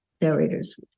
narrators